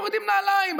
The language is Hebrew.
מורידים נעליים,